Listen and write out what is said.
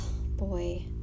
boy